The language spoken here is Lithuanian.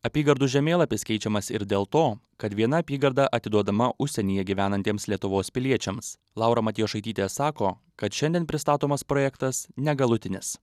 apygardų žemėlapis keičiamas ir dėl to kad viena apygarda atiduodama užsienyje gyvenantiems lietuvos piliečiams laura matjošaitytė sako kad šiandien pristatomas projektas negalutinis